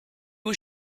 was